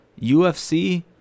UFC